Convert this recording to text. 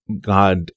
God